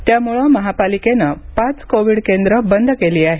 त्यामुळे महापालिकेने पाच कोविड केंद्र बंद केली आहेत